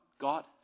God